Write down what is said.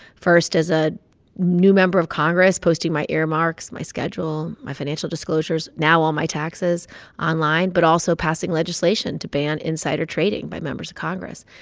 first as a new member of congress, posting my earmarks, my schedule, my financial disclosures, now all my taxes online, but also passing legislation to ban insider trading by members of congress.